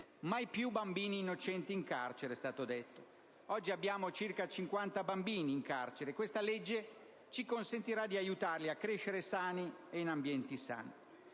Mai più bambini innocenti in carcere, è stato detto. Oggi sono circa 50 i bambini in carcere. Questa legge ci consentirà di aiutarli a crescere sani e in ambienti sani.